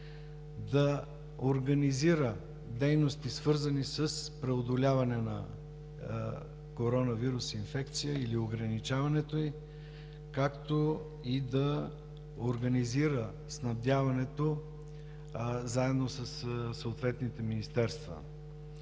да организира дейности, свързани с преодоляване на коронавирус инфекция или ограничаването ѝ, както и да организира снабдяването заедно със съответните министерства.